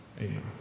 amen